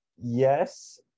Yes